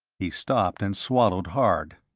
he stopped and swallowed hard.